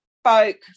spoke